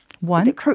one